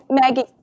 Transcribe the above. Maggie